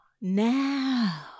now